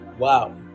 Wow